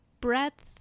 breadth